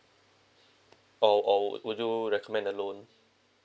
or or would you recommend a loan